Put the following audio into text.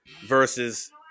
versus